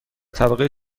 طبقه